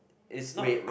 is not wrong